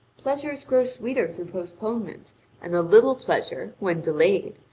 pleasures grow sweeter through postponement and a little pleasure, when delayed,